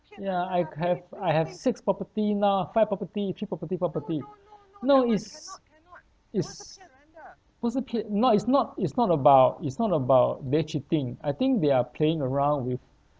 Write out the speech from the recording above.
yeah I have I have six property now five property three property property no is is 不是骗 no is not is not about is not about they cheating I think they are playing around with